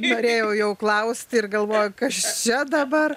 norėjau jau klausti ir galvoju kas čia dabar